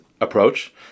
approach